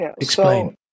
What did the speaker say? Explain